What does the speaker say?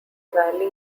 valley